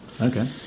Okay